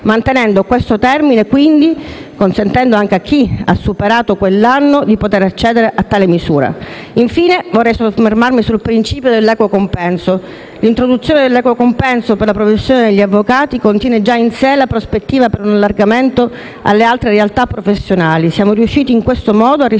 mantenendo questo termine, quindi consentendo anche a chi ha superato quell'anno di poter accedere a tale misura. Infine vorrei soffermarmi sul principio dell'equo compenso. L'introduzione dell'equo compenso per la professione degli avvocati contiene già in sé la prospettiva per un allargamento alle altre realtà professionali. Siamo riusciti in questo modo a rispondere